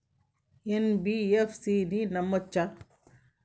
NBFC ని నమ్మచ్చా?